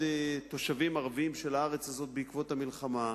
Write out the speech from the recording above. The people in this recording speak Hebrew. תושבים ערבים של הארץ הזאת בעקבות המלחמה,